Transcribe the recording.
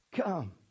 Come